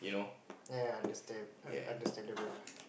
ya understand err understandable lah